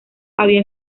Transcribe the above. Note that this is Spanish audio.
había